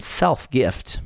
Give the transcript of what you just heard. self-gift